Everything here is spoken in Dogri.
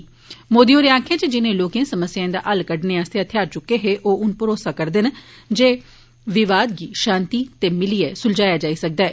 श्री मोदी होरें आक्खेया जिने लोकें समस्याएं दा हल कड्डने आस्तै हथियार च्के हे ओ हन भरोसा करदे न जे विवाद गी शांती ते मिल्लियै स्लझाया जाई सकदा ऐ